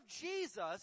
Jesus